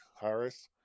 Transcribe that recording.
Harris